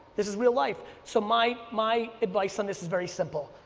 this is real life. so my my advice on this is very simple.